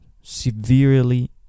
severely